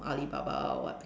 Alibaba or what